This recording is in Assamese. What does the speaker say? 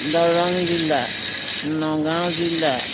দৰং জিলা নগাঁও জিলা